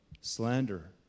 slander